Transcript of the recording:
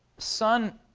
sun